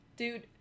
Dude